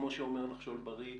כמו שאומר "נחשול בריא",